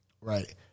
Right